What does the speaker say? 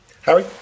Harry